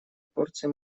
порции